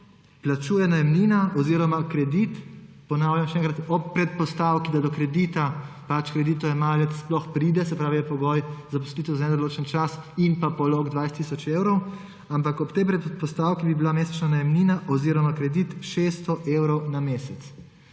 plačuje najemnina oziroma kredit – ponavljam še enkrat, ob predpostavki, da do kredita kreditojemalec sploh pride, se pravi, je pogoj zaposlitev za nedoločen čas in polog 20 tisoč evrov, ampak ob tej predpostavki bi bila mesečna najemnina oziroma kredit – 600 evrov na mesec.